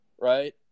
right